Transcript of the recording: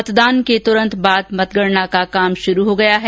मतदान के तुरंत बाद मतगणना का कार्य शुरू हो गया है